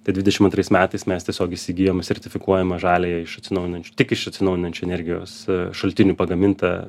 tai dvidešim antrais metais mes tiesiog įsigijome sertifikuojamą žaliąją iš atsinaujinančių tik iš atsinaujinančių energijos šaltinių pagamintą